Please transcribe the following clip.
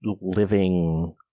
living